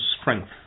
strength